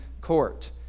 court